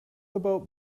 about